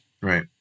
Right